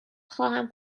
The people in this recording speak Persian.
خواهم